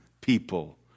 people